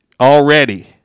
already